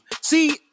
See